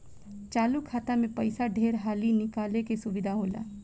चालु खाता मे पइसा ढेर हाली निकाले के सुविधा होला